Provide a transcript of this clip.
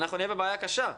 אנחנו נהיה בבעיה קשה.